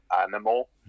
animal